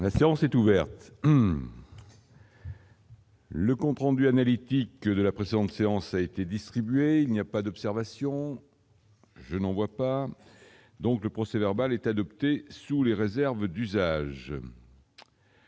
La séance est ouverte. Le comprendre analytiques de la précédente séance a été distribué, il n'y a pas d'observation, je n'en vois pas donc le procès verbal est adoptée sous les réserves d'usage.